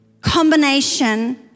combination